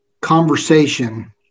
conversation